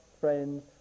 friends